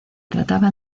trataba